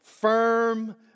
firm